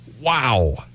Wow